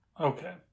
Okay